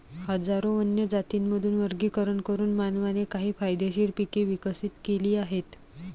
हजारो वन्य जातींमधून वर्गीकरण करून मानवाने काही फायदेशीर पिके विकसित केली आहेत